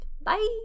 Bye